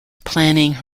planning